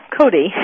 Cody